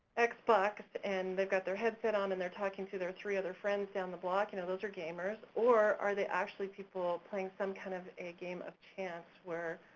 xbox xbox and they've got their headset on and they're talking to their three other friends down the block, you know, those are gamers, or are they actually people playing some kind of a game of chance where